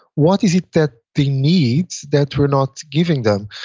what is it that they need that we're not giving them?